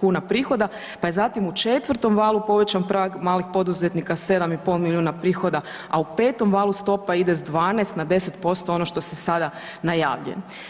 kuna prihoda pa je zatim u četvrtom valu povećan prag malih poduzetnika 7,5 prihoda a u petom valu stopa ide s 12 na 10%, ono što se sada najavljuje.